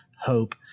Hope